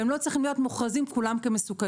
והם לא צריכים להיות מוכרזים כולם כמסוכנים.